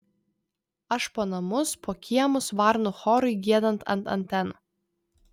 aš po namus po kiemus varnų chorui giedant ant antenų